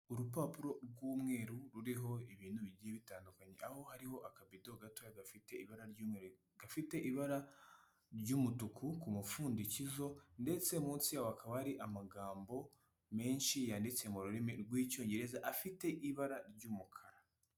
Urupapuro rw'umweru ruriho ibintu bigiye bitandukanye aho hariho akabido gato gafite ibara ry'umweru, gafite ibara ry'umutuku ku mupfundikizo, ndetse munsi yaho hakaba hari amagambo menshi yanditse mu rurimi rw'Icyongereza afite ibara ry'umukara.